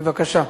בבקשה.